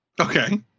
Okay